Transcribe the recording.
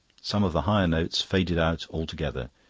some of the higher notes faded out altogether.